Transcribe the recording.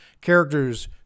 characters